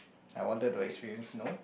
I wanted to experience snow